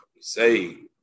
Say